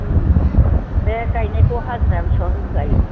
बे गायनायखौ हाजिरा बेसेबां होखो आयै